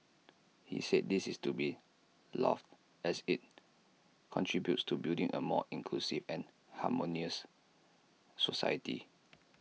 he said this is to be lauded as IT contributes to building A more inclusive and harmonious society